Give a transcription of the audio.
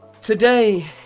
Today